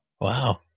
Wow